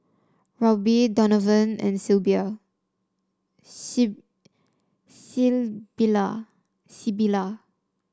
Roby Donovan and Sybilla